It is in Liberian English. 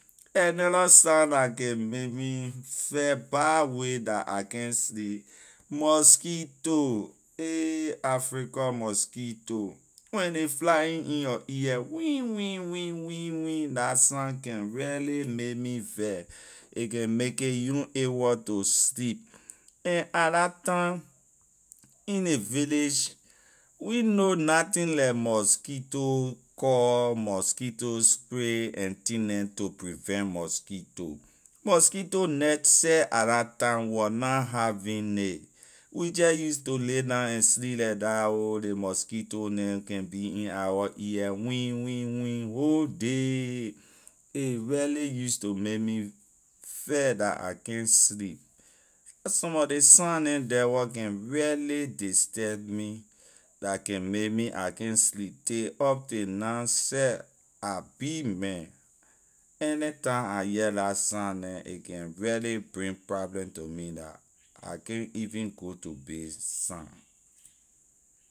Another sign la can may me vex bad way dah I can’t sleep mosquito ayy africa mosquito when ley flying in your ear wien- wien- wien- wien la sign can really may me vex a can make it you able to sleep and at la time in ley village we know nothing like mosquito call mosquito spray and thing neh to prevent mosquito, mosquito net she at la time we wor na having nay we just use to lay down and sleep like dah ho ley mosquito neh can be in our ear wien- wien- wien- wien whole day a really use to may me vex la I can’t sleep la some mor ley sign neh the where can really disturb me la can may me I can’t sleep till up till na seh I big man anytime I hear la sign neh a can really bring problem to me la I can’t even even go to bay sign.